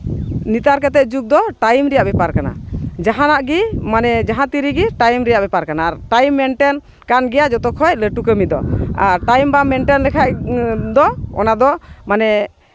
ᱱᱮᱛᱟᱨ ᱠᱟᱛᱮᱫ ᱡᱩᱜᱽ ᱫᱚ ᱴᱟᱭᱤᱢ ᱨᱮᱭᱟᱜ ᱵᱮᱯᱟᱨ ᱠᱟᱱᱟ ᱡᱟᱦᱟᱱᱟᱜ ᱢᱟᱱᱮ ᱡᱟᱦᱟᱸ ᱛᱤ ᱨᱮᱜᱮ ᱴᱟᱭᱤᱢ ᱨᱮᱭᱟᱜ ᱵᱮᱯᱟᱨ ᱠᱟᱱᱟ ᱟᱨ ᱴᱟᱭᱤᱢ ᱨᱮᱭᱟᱜ ᱵᱮᱯᱟᱨ ᱠᱟᱱᱟ ᱟᱨ ᱴᱟᱭᱤᱢ ᱢᱮᱱᱴᱮᱱ ᱠᱟᱱ ᱜᱮᱭᱟ ᱡᱚᱛᱚ ᱠᱷᱚᱡ ᱞᱟᱹᱴᱩ ᱠᱟᱹᱢᱤ ᱫᱚ ᱟᱨ ᱴᱟᱭᱤᱢ ᱵᱟᱢ ᱢᱮᱱᱴᱮᱱ ᱞᱮᱠᱷᱟᱡ ᱫᱚ ᱚᱱᱟ ᱫᱚ ᱢᱟᱱᱮ